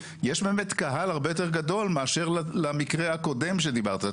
יש באמת קהל הרבה יותר גדול מאשר למקרה הקודם שדיברת,